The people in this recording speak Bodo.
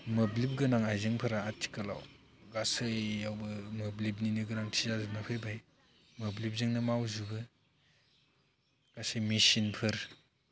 मोब्लिब गोनां आइजेंफोरा आथिखालाव गासैआवबो मोब्लिबनि गोनांथि जाजोबनानै फैबाय मोब्लिबजोंनो मावजोबो गासै मेशिनफोर